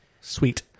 sweet